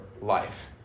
life